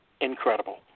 Incredible